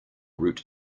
root